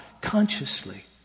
consciously